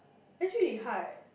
that's really hard